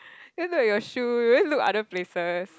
then look at your shoe then look other places